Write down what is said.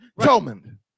Tolman